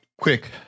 quick